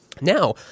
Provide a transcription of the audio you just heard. Now